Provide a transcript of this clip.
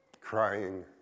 crying